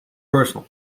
personal